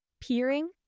Peering